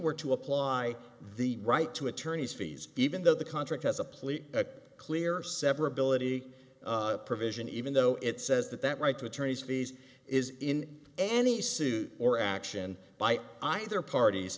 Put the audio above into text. were to apply the right to attorneys fees even though the contract has a plea a clear severability provision even though it says that that right to attorney's fees is in any suit or action by either parties